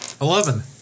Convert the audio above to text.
Eleven